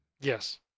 Yes